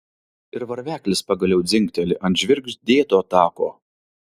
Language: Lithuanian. ir varveklis pagaliau dzingteli ant žvirgždėto tako